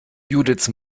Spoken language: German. judiths